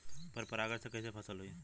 पर परागण से कईसे फसल होई?